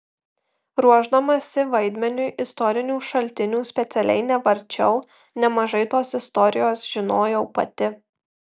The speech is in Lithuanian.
ruošdamasi vaidmeniui istorinių šaltinių specialiai nevarčiau nemažai tos istorijos žinojau pati